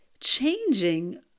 changing